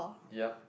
yup